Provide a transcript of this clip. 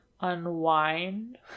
Unwind